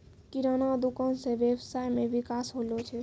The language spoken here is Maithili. किराना दुकान से वेवसाय मे विकास होलो छै